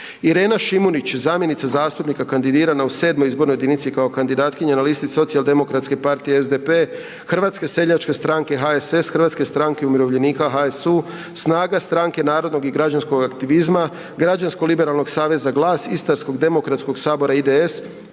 Irena Šimunić zamjenica zastupnika kandidirana u VII. izbornoj jedinici kao kandidatkinja na listi na listi Socijaldemokratske partije Hrvatske, SDP, Hrvatske seljačke stranke, HSS, Hrvatske stranke umirovljenika, HSU, SNAGA, Stranke narodnog i građanskog aktivizma, Građansko-liberalnog aktivizma, GLAS, Istarsko demokratskog sabora, IDS,